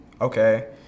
Okay